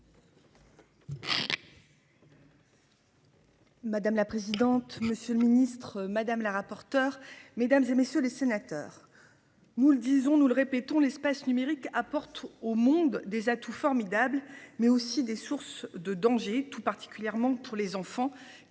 Madame la présidente, monsieur le ministre, madame la rapporteure mesdames et messieurs les sénateurs. Nous le disons, nous le répétons l'espace numérique apporte au monde des atouts formidables, mais aussi des sources de danger, et tout particulièrement pour les enfants